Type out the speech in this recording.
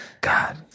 God